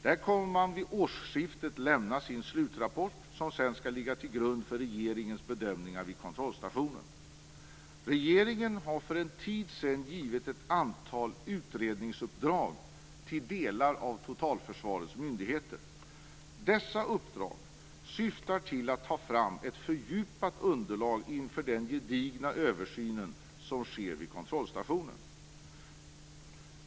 Den kommer vid årsskiftet att lämna sin slutrapport, som sedan skall ligga till grund för regeringens bedömningar vid kontrollstationen. Regeringen har för en tid sedan givit ett antal utredningsuppdrag till delar av totalförsvarets myndigheter. Dessa uppdrag syftar till att ta fram ett fördjupat underlag inför den gedigna översyn som sker vid kontrollstationen.